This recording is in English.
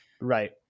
right